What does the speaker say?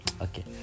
Okay